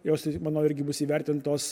jos manau irgi bus įvertintos